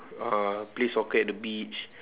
uh play soccer at the beach